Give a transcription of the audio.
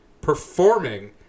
Performing